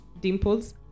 dimples